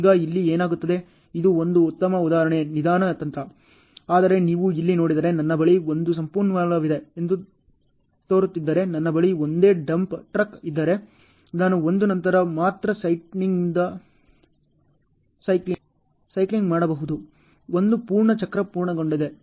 ಈಗ ಇಲ್ಲಿ ಏನಾಗುತ್ತದೆ ಇದು ಒಂದು ಉತ್ತಮ ಉದಾಹರಣೆ ನಿಧಾನ ತಂತ್ರ ಆದರೆ ನೀವು ಇಲ್ಲಿ ನೋಡಿದರೆ ನನ್ನ ಬಳಿ ಒಂದು ಸಂಪನ್ಮೂಲವಿದೆ ಎಂದು ತೋರುತ್ತಿದ್ದರೆ ನನ್ನ ಬಳಿ ಒಂದೇ ಡಂಪ್ ಟ್ರಕ್ ಇದ್ದರೆ ನಾನು 1 ನಂತರ ಮಾತ್ರ ಸೈಕ್ಲಿಂಗ್ ಮಾಡಬೇಕಾಗಬಹುದು 1 ಪೂರ್ಣ ಚಕ್ರ ಪೂರ್ಣಗೊಂಡಿದೆ